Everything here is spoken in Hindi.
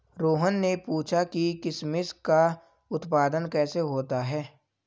रोहन ने पूछा कि किशमिश का उत्पादन कैसे होता है?